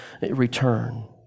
return